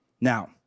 Now